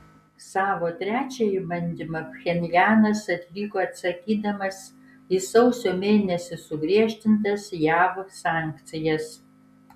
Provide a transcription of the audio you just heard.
savo trečiąjį bandymą pchenjanas atliko atsakydamas į sausio mėnesį sugriežtintas jav sankcijas